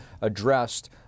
addressed